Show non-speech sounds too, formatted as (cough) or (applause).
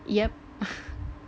yup (laughs)